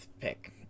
pick